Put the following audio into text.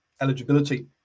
eligibility